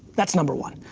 that's number one.